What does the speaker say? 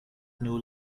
nur